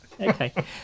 Okay